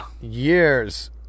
years